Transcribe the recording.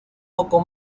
poco